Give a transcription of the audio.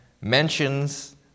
mentions